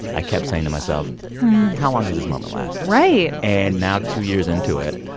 i kept saying to myself how long does this moment last? right and now, two years into it,